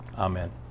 Amen